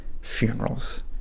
funerals